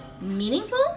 meaningful